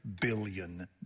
billion